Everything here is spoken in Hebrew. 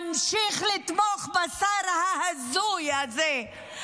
ממשיך לתמוך בשר ההזוי הזה,